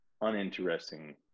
uninteresting